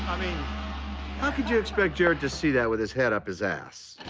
mean how could you expect jared to see that with his head up his ass